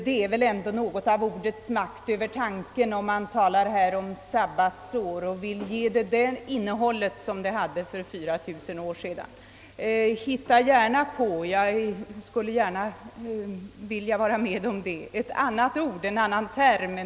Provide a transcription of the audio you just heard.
Det är väl ändå något av ordets makt över tanken, om man här talar om sabbatsår och vill ge ordet samma innehåll som för 4000 år sedan. Hitta gärna på — jag skulle med glädje se det — ett annat ord än sabbatsår!